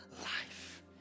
life